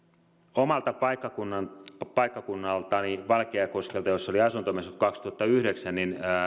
omalla paikkakunnallani paikkakunnallani valkeakoskella oli asuntomessut kaksituhattayhdeksän